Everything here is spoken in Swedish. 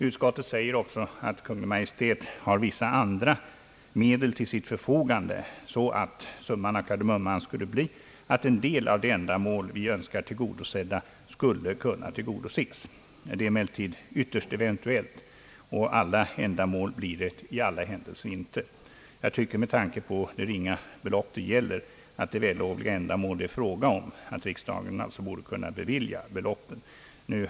Utskottet framhåller också att Kungl. Maj:t har vissa andra medel till sitt förfogande, sä att summan av kardemumman skulle bli att en del av de ändamål som vi önskar tillgodosedda skulle kunna tillgodoses. Det är emellertid i högsta grad eventuellt, och alla ändamål blir i alla händelser inte tillgodosedda. Med tanke på de ringa belopp det gäller och det vällovliga ändamål det är fråga om tycker jag att riksdagen borde kunna bevilja anslagen i fråga.